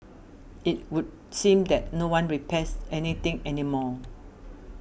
it would seem that no one repairs any thing any more